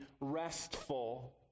restful